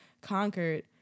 conquered